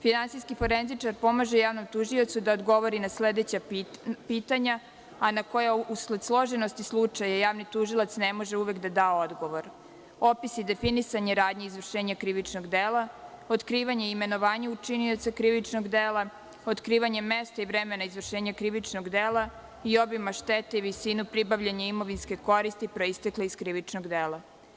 Finansijski forenzičar pomaže javnom tužiocu da odgovori na sledeća pitanja, a na koja, usled složenosti slučaja, javni tužilac ne može uvek da da odgovor, opisi definisanja radnji izvršenja krivičnog dela, otkrivanje i imenovanje učinioca krivičnog dela, otkrivanje mesta i vremena izvršenja krivičnog dela i obima štete i visinu pribavljanja imovinske koristi proistekle iz krivičnog dela.